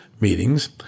meetings